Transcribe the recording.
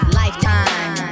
lifetime